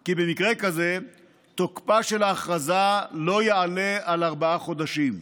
כי במקרה כזה תוקפה של ההכרזה לא יעלה על ארבעה חודשים.